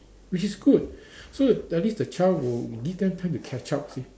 which is good so at least the child will give them time to catch up you see